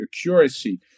accuracy